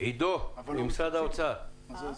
שלום לכולם.